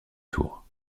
tour